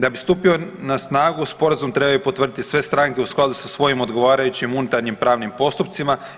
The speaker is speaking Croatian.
Da bi stupio na snagu sporazum trebaju potvrditi sve stranke u skladu sa svojim odgovarajućim unutarnjim pravnim postupcima.